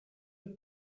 have